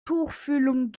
tuchfühlung